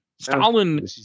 stalin